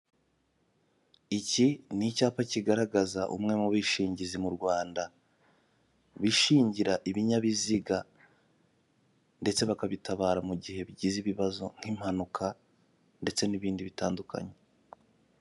Iki ni icyapa kigaragaza umwe mu bishingizi mu Rwanda, bishingira ibinyabiziga ndetse bakabitabara mu gihe bigize ibibazo nk'impanuka ndetse n'ibindi bitandukanye.